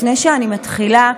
לפני שאני מתחילה,